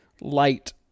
light